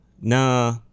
Nah